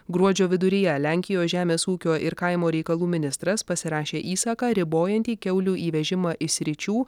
gruodžio viduryje lenkijos žemės ūkio ir kaimo reikalų ministras pasirašė įsaką ribojantį kiaulių įvežimą iš sričių